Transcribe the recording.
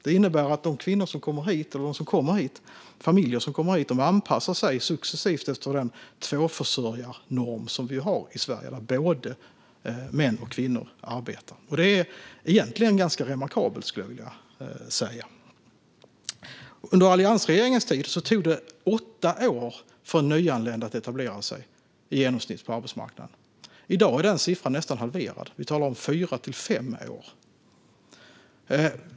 Det innebär att de familjer som kommer hit successivt anpassar sig efter den tvåförsörjarnorm som vi har i Sverige, där både män och kvinnor arbetar. Det är egentligen ganska remarkabelt, skulle jag vilja säga. Under alliansregeringens tid tog det i genomsnitt åtta år för en nyanländ att etablera sig på arbetsmarknaden. I dag är den siffran nästan halverad - vi talar om fyra till fem år.